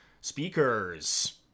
Speakers